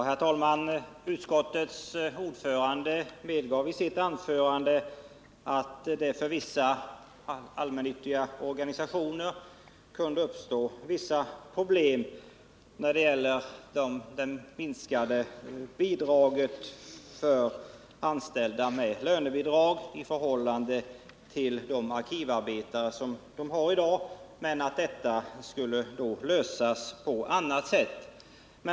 Herr talman! Utskottets ordförande medgav i sitt anförande att det för vissa allmännyttiga organisationer kunde uppstå problem när det gäller det minskade bidraget för anställda med lönebidrag i förhållande till de arkivarbetare som dessa organisationer sysselsätter i dag, men han ansåg att detta skulle lösas på annat sätt.